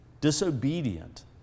disobedient